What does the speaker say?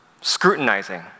scrutinizing